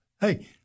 Hey